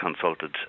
consulted